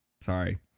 sorry